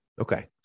Okay